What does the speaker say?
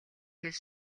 хэл